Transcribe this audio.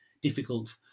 difficult